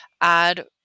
Add